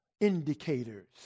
indicators